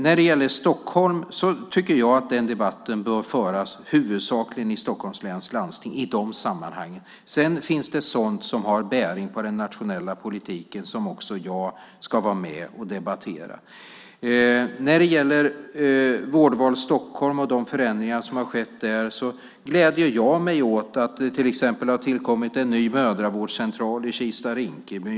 När det gäller Stockholm tycker jag att den debatten huvudsakligen bör föras i Stockholms läns landsting, i de sammanhangen. Sedan finns det sådant som har bäring på den nationella politiken som också jag ska vara med och debattera. När det gäller Vårdval Stockholm och de förändringar som har skett där gläder jag mig åt att det till exempel har tillkommit en ny mödravårdscentral i Kista-Rinkeby.